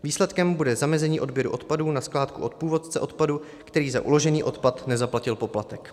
Výsledkem bude zamezení odběru odpadu na skládku od původce odpadu, který za uložený odpad nezaplatil poplatek.